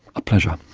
a pleasure.